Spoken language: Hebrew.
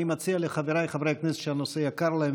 אני מציע לחבריי חברי הכנסת שהנושא יקר להם,